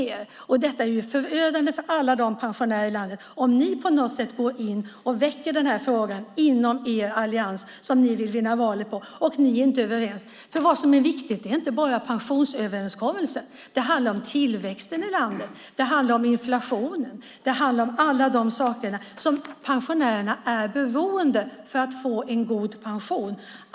Det skulle vara förödande för alla pensionärer i landet om ni i er allians, som ni nu vill vinna valet med, skulle väcka den här frågan, för ni är inte överens. Vad som är viktigt är inte bara pensionsöverenskommelsen. Det handlar om tillväxten i landet. Det handlar om inflationen. Det handlar om alla de saker som pensionärerna är beroende av för att få en god pension.